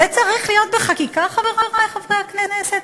זה צריך להיות בחקיקה, חברי חברי הכנסת?